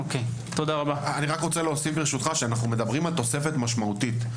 אני רוצה להוסיף שאנחנו מדברים על תוספת משמעותית,